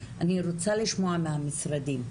אני רוצה לשמוע מהמשרדים.